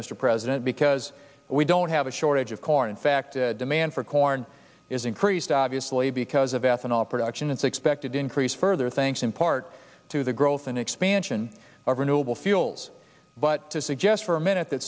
mr president because we don't have a shortage of corn in fact the demand for corn is increased obviously because of ethanol production it's expected to increase further thanks in part to the growth and expansion of renewable fuels but to suggest for a minute that